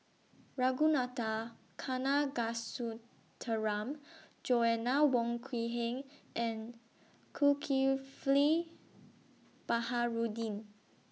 Ragunathar Kanagasuntheram Joanna Wong Quee Heng and Zulkifli Baharudin